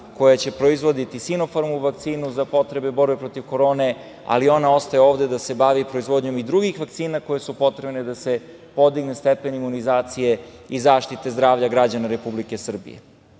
koja će proizvoditi Sinofarmovu vakcinu za potrebe borbe protiv korone, ali i ona ostaje ovde da se bavi proizvodnjom i drugih vakcina koje su potrebne da se podigne stepen imunizacije i zaštite zdravlja građana Republike Srbije.I